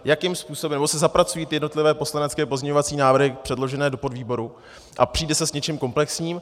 Jakým způsobem se zapracují jednotlivé poslanecké pozměňovací návrhy předložené do podvýboru a přijde se s něčím komplexním?